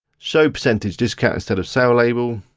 show percentage discount instead of sale label.